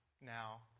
now